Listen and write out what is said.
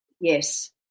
yes